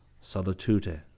Solitude